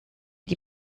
die